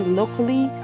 locally